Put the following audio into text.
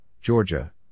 Georgia